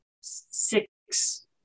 six